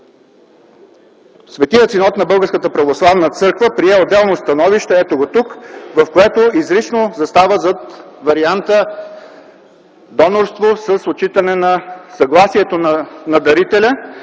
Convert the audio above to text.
Светият синод на Българската православна църква прие отделно становище, ето го тук (показва документи), в което изрично застава зад варианта донорство с отчитане на съгласието на дарителя.